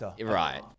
Right